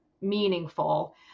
meaningful